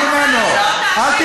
אבל,